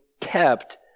kept